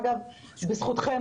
אגב בזכותכם,